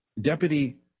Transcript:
Deputy